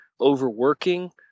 overworking